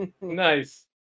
Nice